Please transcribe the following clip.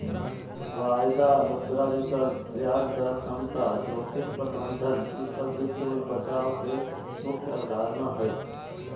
वायदा, मुद्रा विकल्प, ब्याज दर समता, जोखिम प्रबंधन ई सब वित्त मे बचाव के मुख्य अवधारणा हय